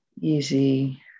easy